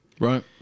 right